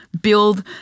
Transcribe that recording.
build